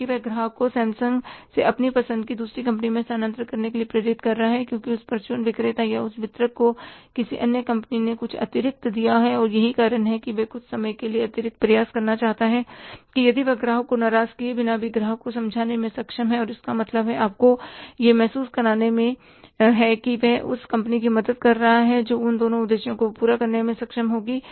क्यों वह ग्राहक को सैमसंग से अपनी पसंद को दूसरी कंपनी में स्थानांतरित करने के लिए प्रेरित कर रहा है क्योंकि उस परचून विक्रेता या उस वितरक को किसी अन्य कंपनी ने कुछ अतिरिक्त दिया है और यही कारण है कि वह कुछ समय के लिए अतिरिक्त प्रयास करना चाहता है कि यदि वह ग्राहक को नाराज़ किए बिना भी ग्राहक को समझाने में सक्षम है और इसका मतलब आपको यह महसूस कराने में है कि वह उस कंपनी की मदद कर रहा है जो वह दोनों उद्देश्यों को पूरा करने में सक्षम होगी